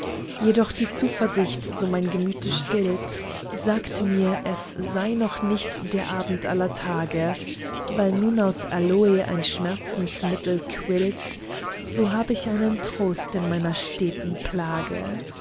jedoch die zuversicht so mein gemüte stillt sagt mir es sei noch nicht der abend aller tage weil nun aus aloe ein schmerzensmittel quillt so hab ich einen trost in meiner steten plage